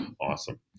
awesome